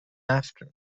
after